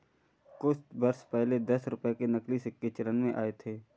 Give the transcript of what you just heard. कुछ वर्ष पहले दस रुपये के नकली सिक्के चलन में आये थे